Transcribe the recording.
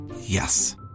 Yes